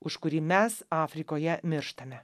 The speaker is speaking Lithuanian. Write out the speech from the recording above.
už kurį mes afrikoje mirštame